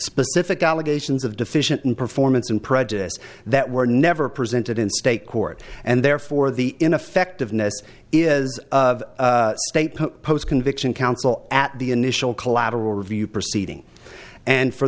specific allegations of deficient in performance and prejudice that were never presented in state court and therefore the ineffectiveness is of post conviction counsel at the initial collateral review proceeding and for